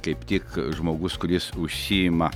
kaip tik žmogus kuris užsiima